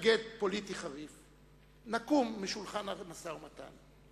מתנגד פוליטי חריף: נקום משולחן המשא-ומתן.